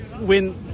win